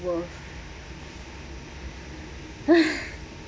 worth